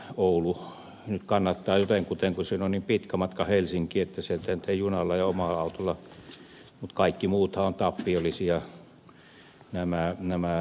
oulu nyt kannattaa jotenkuten koska sieltä on niin pitkä matka helsinkiin että sieltä ei junalla ja omalla autolla tulla mutta kaikki muut lentoasemathan ovat tappiollisia